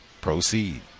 Proceed